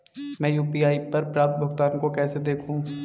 मैं यू.पी.आई पर प्राप्त भुगतान को कैसे देखूं?